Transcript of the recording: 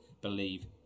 believe